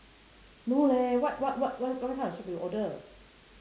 no leh what what what what type of soup you order